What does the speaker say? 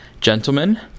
Gentlemen